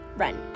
run